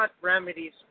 remedies